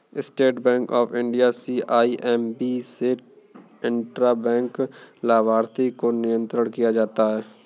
state Bank of India CIMB से intra bank लाभार्थी को नियंत्रण किया जाता है